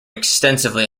extensively